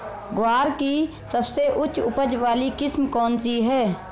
ग्वार की सबसे उच्च उपज वाली किस्म कौनसी है?